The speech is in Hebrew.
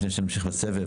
לפני שנמשיך בסבב.